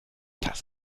das